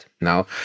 Now